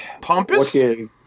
Pompous